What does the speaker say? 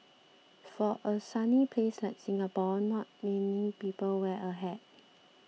for a sunny place like Singapore not many people wear a hat